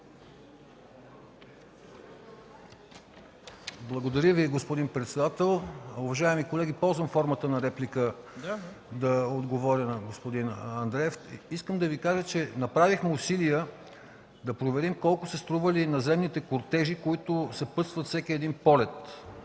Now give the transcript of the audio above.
Благодаря Ви, господин председател. Уважаеми колеги, ползвам формата на реплика, за да отговоря на господин Андреев. Направихме усилия да проверим колко са стрували наземните кортежи, съпътствали всеки един полет.